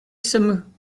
some